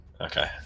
Okay